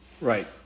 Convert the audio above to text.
Right